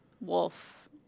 Wolf